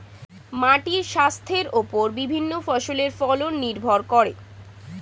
মাটির স্বাস্থ্যের ওপর বিভিন্ন ফসলের ফলন নির্ভর করে